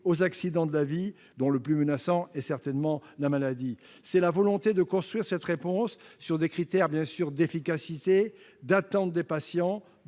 aux accidents de la vie, dont le plus menaçant est, certainement, la maladie. C'est la volonté de construire cette réponse sur des critères qui ne sont